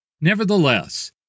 Nevertheless